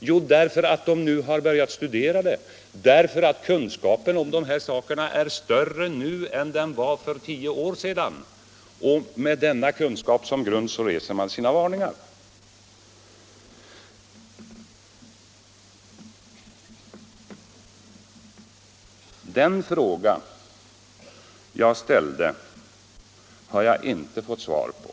Jo, därför att de nu har börjat studera kärnkraftens faror och därför att kunskapen nu är större än för tio år sedan. Med denna kunskap som grund uttalar man sina varningar. Jag ställde en fråga till statsministern som jag inte har fått svar på.